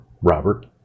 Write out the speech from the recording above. Robert